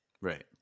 Right